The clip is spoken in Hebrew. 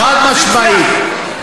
חד-משמעית.